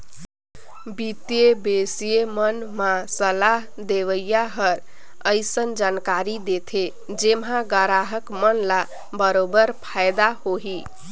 बित्तीय बिसय मन म सलाह देवइया हर अइसन जानकारी देथे जेम्हा गराहक मन ल बरोबर फायदा होही